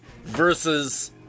versus